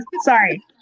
sorry